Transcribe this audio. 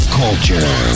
culture